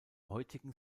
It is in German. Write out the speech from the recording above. heutigen